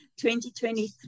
2023